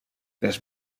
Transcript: les